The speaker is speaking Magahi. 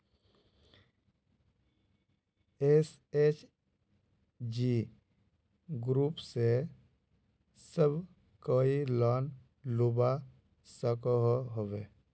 एस.एच.जी ग्रूप से सब कोई लोन लुबा सकोहो होबे?